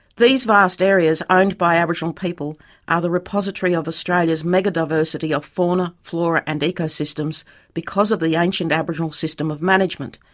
these vast areas owned by aboriginal people are the repository of australia's megadiversity of fauna, flora and ecosystems because of the ancient aboriginal system of management,